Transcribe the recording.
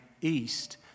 east